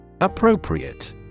Appropriate